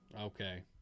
okay